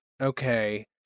okay